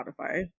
Spotify